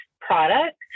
product